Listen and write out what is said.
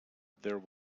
there